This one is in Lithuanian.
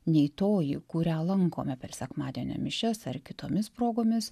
nei toji kurią lankome per sekmadienio mišias ar kitomis progomis